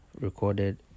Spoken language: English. recorded